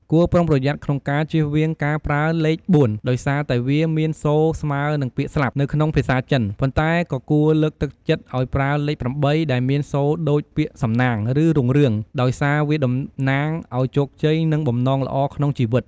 គួរប្រុងប្រយ័ត្នក្នុងការជៀសវាងការប្រើលេខ ៤ ដោយសារតែវាមានសូរស្មើនឹងពាក្យ "ស្លាប់" នៅក្នុងភាសាចិន ប៉ុន្តែក៏គួរលើកទឹកចិត្តឲ្យប្រើលេខ ៨ ដែលមានសូរដូចពាក្យ "សំណាង" ឬ "រុងរឿង" ដោយសារវាតំណាងឲ្យជោគជ័យ និងបំណងល្អក្នុងជីវិត។